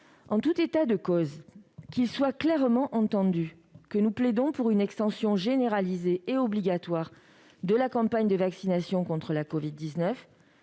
En tout état de cause, qu'il soit clairement entendu que nous plaidons pour une extension généralisée et obligatoire de la campagne de vaccination contre la covid-19,